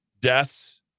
deaths